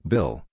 Bill